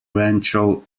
rancho